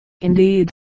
Indeed